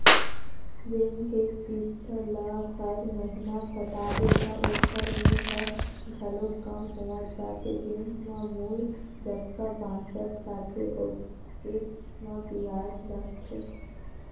bank के किस्त ल हर महिना पटाबे त ओखर मूल ह घलोक कम होवत जाथे बेंक म मूल जतका बाचत जाथे ओतके म बियाज लगथे